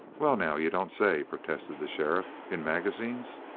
well, now you don't say, protested the sheriff. in magazines?